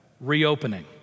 reopening